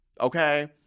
Okay